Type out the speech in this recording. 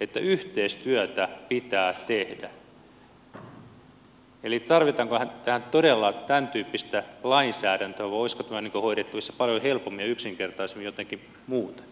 että yhteistyötä pitää tehdä eli tarvitaanko todella tämän tyyppistä lainsäädäntöä vai olisiko tämä hoidettavissa paljon helpommin ja yksinkertaisemmin jotenkin muuten